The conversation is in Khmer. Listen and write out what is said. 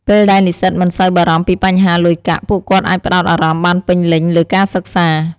ពេលដែលនិស្សិតមិនសូវបារម្ភពីបញ្ហាលុយកាក់ ពួកគាត់អាចផ្តោតអារម្មណ៍បានពេញលេញលើការសិក្សា។